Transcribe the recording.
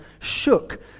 shook